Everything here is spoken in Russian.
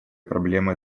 проблемы